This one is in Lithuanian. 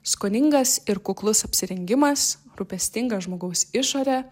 skoningas ir kuklus apsirengimas rūpestinga žmogaus išorė